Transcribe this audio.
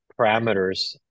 parameters